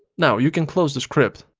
now you can close the script.